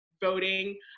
voting